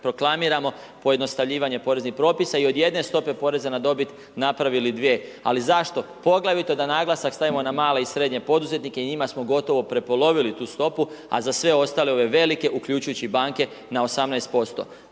proklamiramo, pojednostavljivanje poreznih propisa i od jedne stope poreza na dobit napravili dvije, ali zašto? Poglavito da naglasak stavimo na male i srednje poduzetnike i njima smo gotovo prepolovili tu stopu, a za sve ostale, ove velike, uključujući i banke na 18%.